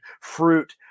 fruit